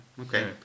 okay